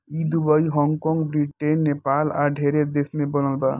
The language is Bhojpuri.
ई दुबई, हॉग कॉग, ब्रिटेन, नेपाल आ ढेरे देश में बनल बा